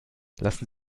lassen